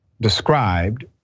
described